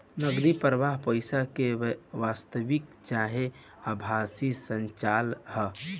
नगदी प्रवाह पईसा के वास्तविक चाहे आभासी संचलन ह